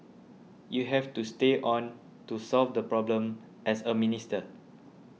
you have to stay on to solve the problem as a minister